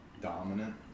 dominant